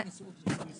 הישיבה ננעלה בשעה 11:48.